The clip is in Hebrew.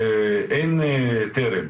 אין טרם.